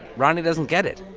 roni doesn't get it